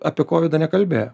apie kovidą nekalbėjo